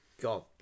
God